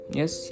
yes